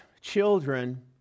Children